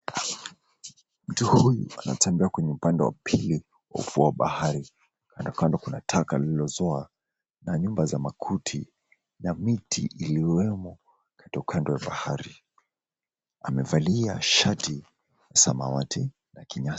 Mtu huyu anatembea kwenye upande wa pili kwa ufuo wa bahari. Kando kando kuna taka lililozoa na nyumba za makuti na miti iliyoweno kando kando ya bahari. Amevalia shati la samawati na kinyasa.